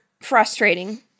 frustrating